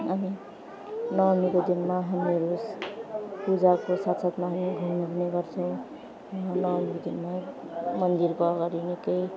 हामी नवमीको दिनमा हामीहरू पूजाको साथ साथमा हामी घुम्ने गर्छौँ नवमीको दिनमा मन्दिरको अगाडि निकै